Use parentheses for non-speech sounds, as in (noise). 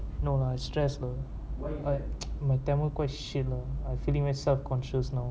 no lah I stressed lah I (noise) my tamil quite shit lah I feeling very self concious now